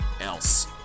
else